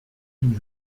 une